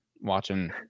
watching